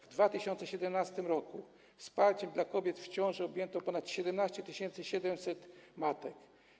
W 2017 r. wsparciem dla kobiet w ciąży objęto ponad 17 700 matek.